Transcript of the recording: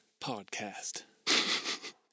podcast